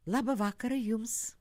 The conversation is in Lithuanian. labą vakarą jums